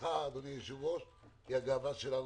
הצלחתך היא הצלחה שלנו,